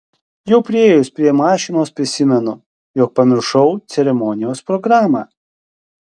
jau priėjus prie mašinos prisimenu jog pamiršau ceremonijos programą